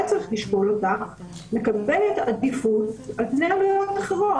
צריך לשקול עליה מקבלת עדיפות על פני אחרות.